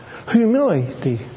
Humility